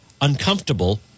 uncomfortable